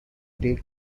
take